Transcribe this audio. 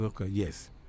yes